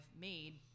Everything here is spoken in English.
made